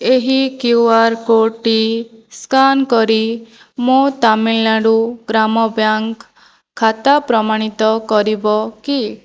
ଏହି Q R କୋର୍ଡ଼ଟି scan କରି ମୋ ତାମିଲନାଡ଼ୁ ଗ୍ରାମ ବ୍ୟାଙ୍କ୍ ଖାତା ପ୍ରମାଣିତ କରିବ କି